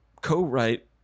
co-write